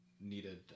needed